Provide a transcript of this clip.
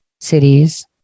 cities